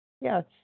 Yes